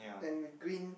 and green